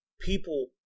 people